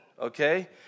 okay